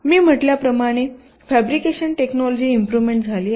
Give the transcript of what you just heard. मी म्हटल्याप्रमाणे fabrication technology improvement झाली आहे